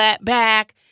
back